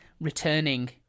returning